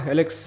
Alex